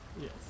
Yes